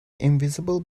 invisible